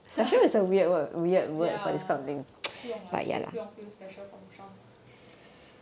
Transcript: ya 不用 lah actually 不用 feel special from sean